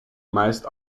meist